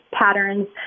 patterns